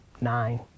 nine